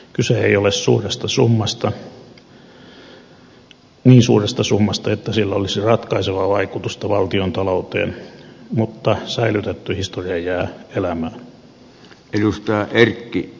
kyse ei ole niin suuresta summasta että sillä olisi ratkaisevaa vaikutusta valtiontalouteen mutta säilytetty historia jää elämään